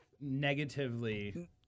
negatively